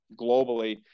globally